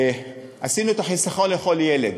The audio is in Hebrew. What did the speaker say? עשינו את ה"חיסכון לכל ילד".